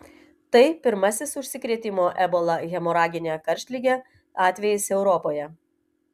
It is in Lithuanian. tai pirmasis užsikrėtimo ebola hemoragine karštlige atvejis europoje